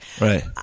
Right